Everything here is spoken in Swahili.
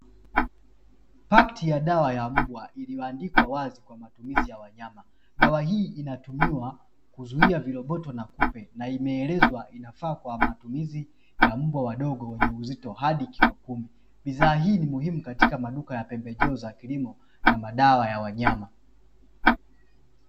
Pakiti ya dawa ya mbwa iliyoandikwa wazi kwa matumizi ya wanyama, dawa hii inatumiwa kuzuia viroboto na kupe na imeelezwa inafaa kwa matumizi ya mbwa wadogo wenye uzito hadi kilo kumi; bidhaa hii ni muhimu katika maduka ya pembejeo za kilimo na madawa ya wanyama.